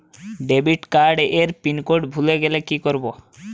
Debit card এর PIN code ভুলে গেলে কি করব?